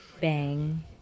Bang